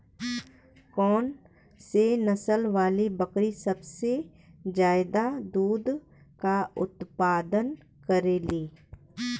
कौन से नसल वाली बकरी सबसे ज्यादा दूध क उतपादन करेली?